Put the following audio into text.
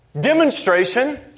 demonstration